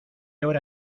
hora